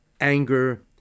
anger